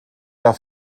jahr